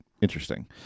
interesting